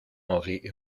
henri